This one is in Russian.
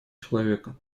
человека